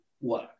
work